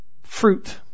fruit